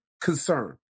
concern